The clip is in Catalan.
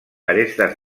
arestes